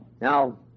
Now